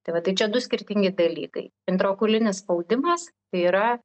tai va tai čia du skirtingi dalykai intraokulinis spaudimas tai yra